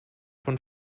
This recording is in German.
von